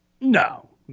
No